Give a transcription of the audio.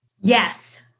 Yes